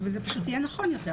וזה פשוט יהיה נכון יותר.